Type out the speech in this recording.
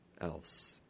else